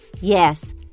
Yes